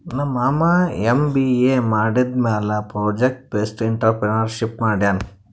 ನಮ್ ಮಾಮಾ ಎಮ್.ಬಿ.ಎ ಮಾಡಿದಮ್ಯಾಲ ಪ್ರೊಜೆಕ್ಟ್ ಬೇಸ್ಡ್ ಎಂಟ್ರರ್ಪ್ರಿನರ್ಶಿಪ್ ಮಾಡ್ಯಾನ್